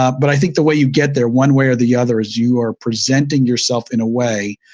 ah but, i think the way you get there, one way or the other, is you are presenting yourself in a way,